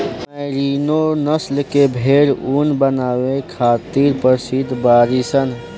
merino नस्ल के भेड़ ऊन बनावे खातिर प्रसिद्ध बाड़ीसन